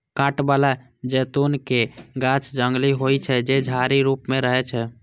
कांट बला जैतूनक गाछ जंगली होइ छै, जे झाड़ी रूप मे रहै छै